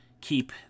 keep